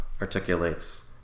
articulates